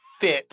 fit